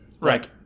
Right